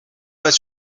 pas